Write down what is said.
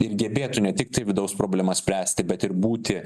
ir gebėtų ne tik vidaus problemas spręsti bet ir būti